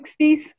1960s